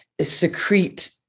secrete